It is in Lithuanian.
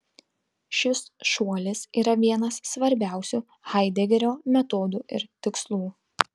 šis šuolis yra vienas svarbiausių haidegerio metodų ir tikslų